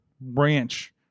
branch